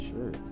Sure